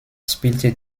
spielte